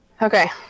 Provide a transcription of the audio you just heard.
Okay